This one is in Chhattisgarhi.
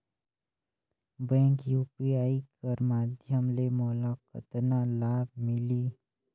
बैंक यू.पी.आई कर माध्यम ले मोला कतना लाभ मिली?